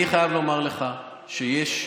אני חייב לומר לך שיש לנו,